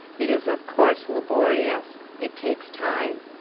it is of course laborious. it takes time.